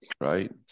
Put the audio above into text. Right